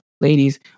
ladies